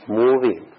moving